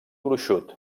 gruixut